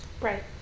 Right